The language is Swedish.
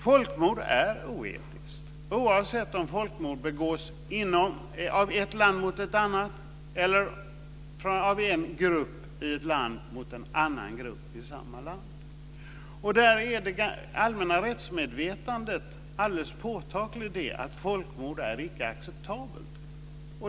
Folkmord är oetiskt, oavsett om folkmord begås av ett land mot ett annat eller av en grupp i ett land mot en annan grupp i samma land. Det allmänna rättsmedvetandet är alldeles påtagligt; folkmord är icke acceptabelt.